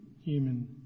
human